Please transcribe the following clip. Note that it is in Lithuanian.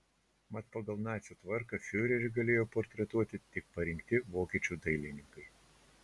mat pagal nacių tvarką fiurerį galėjo portretuoti tik parinkti vokiečių dailininkai